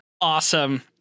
Awesome